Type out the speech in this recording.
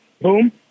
boom